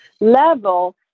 level